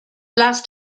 last